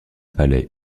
palais